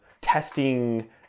testing